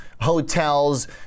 hotels